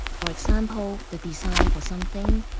for example, the desire for something,